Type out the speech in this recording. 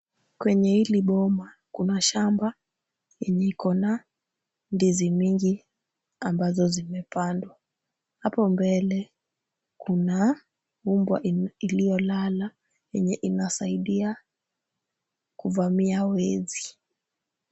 Kwenye hili boma kuna shamba yenye ikona ndizi mingi ambazo zimepandwa. Hapo mbele kuna mbwa iliyolala yenye inasaida kuvamia wezi.